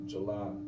July